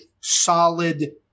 solid